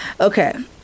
Okay